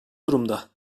durumda